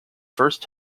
first